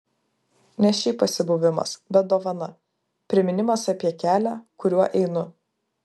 ne šiaip pasibuvimas bet dovana priminimas apie kelią kuriuo einu